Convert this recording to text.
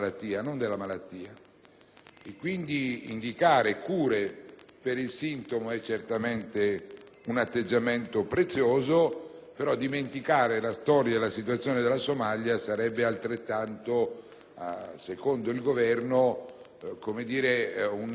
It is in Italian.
indicare cure per il sintomo è certamente un atteggiamento prezioso, però dimenticare la storia e la situazione della Somalia, secondo il Governo, sarebbe